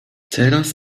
teraz